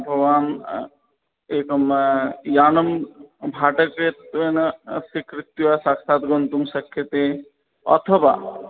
भवान् एकं यानं भाटकत्वेन स्वीकृत्य साक्षात् गन्तुं शक्यते अथवा